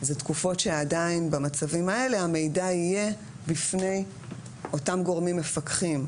אלה תקופות שעדיין במצבים האלה המידע יהיה בפני אותם גורמים מפקחים.